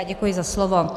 Děkuji za slovo.